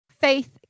Faith